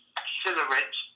accelerate